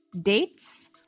dates